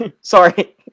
sorry